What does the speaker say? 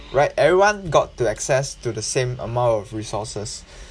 right everyone got to access to the same amount of resources